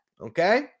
okay